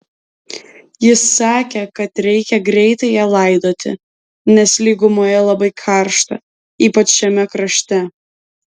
jis sakė kad reikia greitai ją laidoti nes lygumoje labai karšta ypač šiame krašte